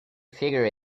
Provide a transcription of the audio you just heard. figure